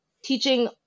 teaching